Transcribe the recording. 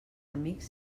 amics